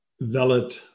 valid